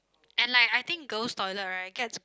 and like I think girl's toilet right gets